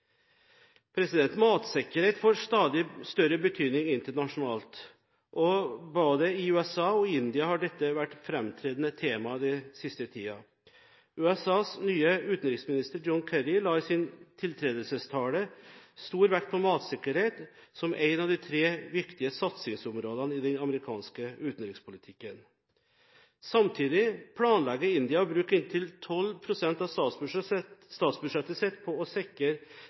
Matsikkerhet får stadig større betydning internasjonalt, og både i USA og India har dette vært et framtredende tema den siste tiden. USAs nye utenriksminister John Kerry la i sin tiltredelsestale stor vekt på matsikkerhet som en av de tre viktigste satsingsområdene i den amerikanske utenrikspolitikken. Samtidig planlegger India å bruke inntil 12 pst. av statsbudsjettet på å sikre